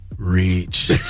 Reach